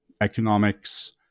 economics